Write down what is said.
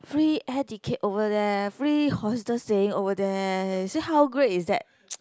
free air ticket over there free hostel staying over there you see how great is that